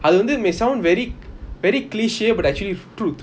அது வந்து:athu vanthu may sound very very cliche but actually truth